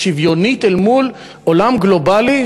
שוויונית אל מול עולם גלובלי,